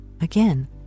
again